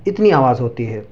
اتنی آواز ہوتی ہے